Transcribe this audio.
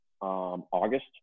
August